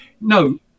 No